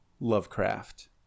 lovecraft